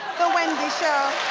the wendy show.